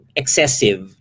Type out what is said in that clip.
excessive